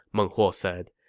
meng huo said.